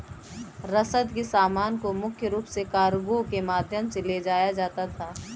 रसद के सामान को मुख्य रूप से कार्गो के माध्यम से ले जाया जाता था